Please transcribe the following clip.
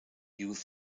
youth